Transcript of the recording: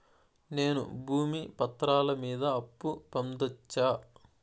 నేను భూమి పత్రాల మీద అప్పు పొందొచ్చా?